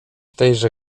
tejże